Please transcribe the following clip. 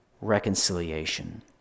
reconciliation